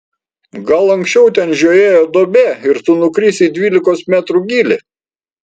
gal anksčiau ten žiojėjo duobė ir tu nukrisi į dvylikos metrų gylį